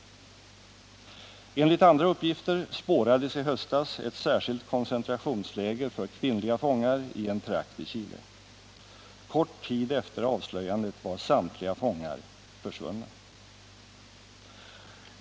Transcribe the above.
Enligt andra uppgifter spårades i höstas ett särskilt koncentrationsläger för kvinnliga fångar i en trakt i Chile. Kort tid efter avslöjandet var samtliga fångar försvunna.